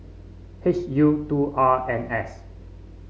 H U two R N S